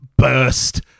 Burst